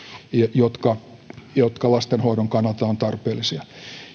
jotka jotka lastenhoidon kannalta ovat tarpeellisia